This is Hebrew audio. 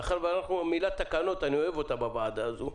מאחר ועלתה פה המילה "תקנות" ואני אוהב אותה בוועדה הזאת,